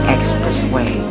Expressway